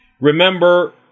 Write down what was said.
Remember